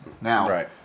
Now